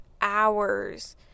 hours